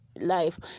life